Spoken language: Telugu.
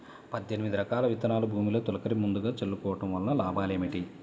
పద్దెనిమిది రకాల విత్తనాలు భూమిలో తొలకరి ముందుగా చల్లుకోవటం వలన లాభాలు ఏమిటి?